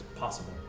Possible